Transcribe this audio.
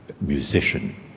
musician